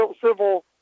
civil